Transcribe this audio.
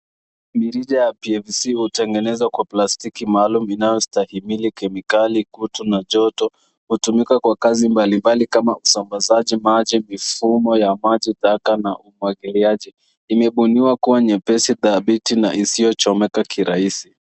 Mirija ya PVC hutengenezwa kwa plastiki maalum inayostahimili kemikali, kutu na joto. Hutumika kwa kazi mbali mbali kama usambazaji maji mifumo ya majitaka na umwagiliaji. Imebuniwa kuwa nyepesi tabidhi na isiyochomeka kirahisi.